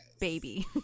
baby